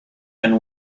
and